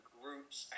groups